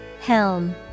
Helm